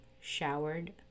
showered